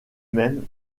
même